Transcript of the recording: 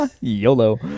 YOLO